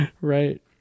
right